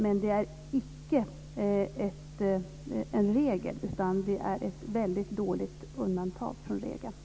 Men det är inte regeln, utan det är ett väldigt dåligt undantag från regeln.